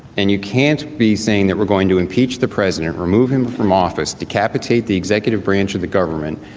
and you can't be saying that we're going to impeach the president, remove him from office, decapitate the executive branch of the government,